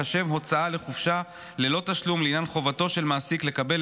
תיחשב הוצאה לחופשה ללא תשלום לעניין חובתו של מעסיק לקבל